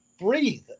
breathe